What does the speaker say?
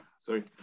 Sorry